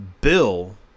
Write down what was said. Bill